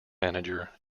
manager